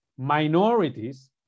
minorities